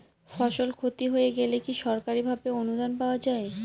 ফসল ক্ষতি হয়ে গেলে কি সরকারি ভাবে অনুদান পাওয়া য়ায়?